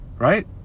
Right